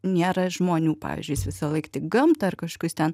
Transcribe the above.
nėra žmonių pavyzdžiui jis visąlaik tik gamtą ar kažkokius ten